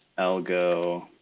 algo